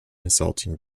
insulting